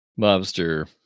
mobster